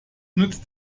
nützt